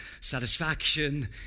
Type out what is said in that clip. satisfaction